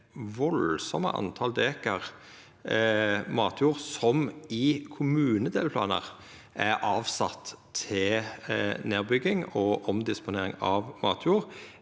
enorme antalet dekar matjord som i kommunedelplanar er avsette til nedbygging og omdisponering av matjord,